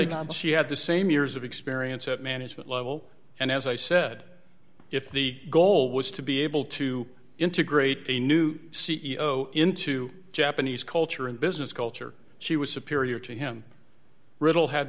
job she had the same years of experience at management level and as i said if the goal was to be able to integrate a new c e o into japanese culture and business culture she was a period to him riddle had